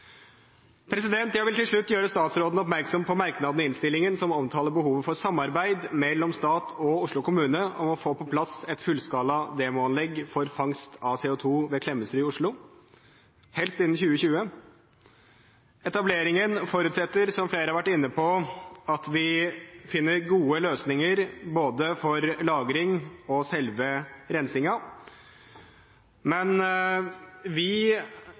Jeg vil til slutt gjøre statsråden oppmerksom på merknadene i innstillingen som omtaler behovet for samarbeid mellom staten og Oslo kommune om å få på plass et fullskala demoanlegg for fangst av CO2 ved Klemetsrud i Oslo, helst innen 2020. Etableringen forutsetter, som flere har vært inne på, at vi finner gode løsninger både for lagring og for selve rensingen, men vi